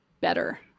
better